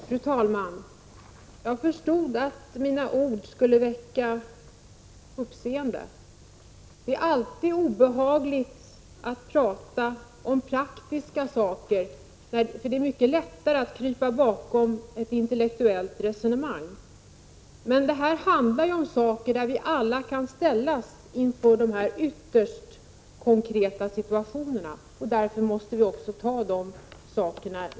Fru talman! Jag förstod att mina ord skulle väcka uppseende. Det är alltid obehagligt att tala om praktiska saker. Det är ju mycket lättare att krypa bakom ett intellektuellt resonemang. Men alla kan vi hamna i sådana här ytterst konkreta situationer, och därför måste vi också ta upp dessa saker.